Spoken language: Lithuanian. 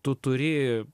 tu turi